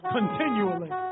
Continually